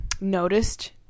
noticed